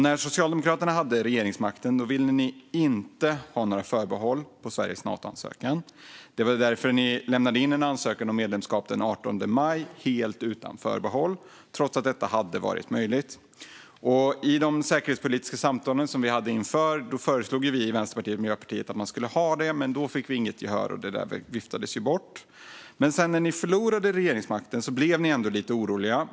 När Socialdemokraterna hade regeringsmakten ville ni inte ha några förbehåll i Sveriges Natoansökan. Det var därför ni lämnade in en ansökan om medlemskap den 18 maj helt utan förbehåll, trots att detta hade varit möjligt. I de säkerhetspolitiska samtal som vi hade inför detta föreslog vi i Vänsterpartiet och Miljöpartiet att man skulle ha det. Men då fick vi inget gehör, och det viftades bort. Sedan, när ni förlorade regeringsmakten, blev ni ändå lite oroliga.